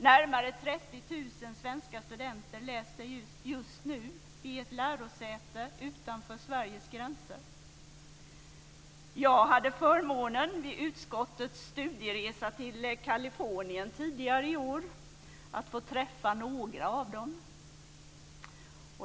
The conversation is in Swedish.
Närmare 30 000 svenska studenter läser just nu vid ett lärosäte utanför Sveriges gränser. Jag hade förmånen vid utskottets studieresa till Kalifornien tidigare i år att få träffa några av dem.